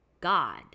God